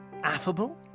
affable